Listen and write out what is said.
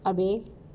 habis